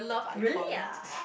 really ah